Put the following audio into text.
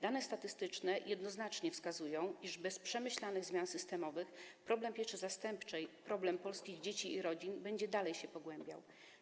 Dane statystyczne jednoznacznie wskazują, iż bez przemyślanych zmian systemowych problem pieczy zastępczej, problem polskich dzieci i rodzin będzie dalej się pogłębiał.